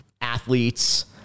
athletes